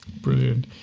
Brilliant